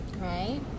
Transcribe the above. right